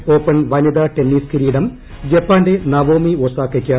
U S open വനിതാ tennis കിരീടം ജപ്പാന്റെ നവോമി ഒസാക്ക്ക്